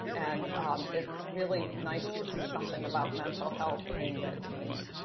and it's really nice to see something about mental health aimed at teens.